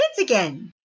again